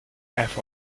ever